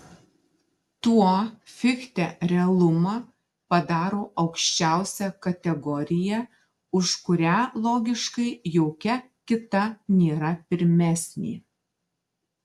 tuo fichte realumą padaro aukščiausia kategorija už kurią logiškai jokia kita nėra pirmesnė